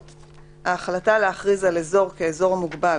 ההחלטה להכריז על אזור כאזור מוגבל